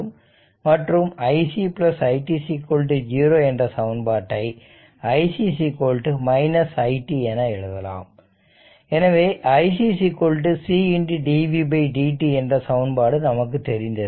மற்றும் iC i t 0 என்ற சமன்பாட்டை iC i t என எழுதலாம் எனவே iC c dv dt என்ற சமன்பாடு நமக்கு தெரிந்ததே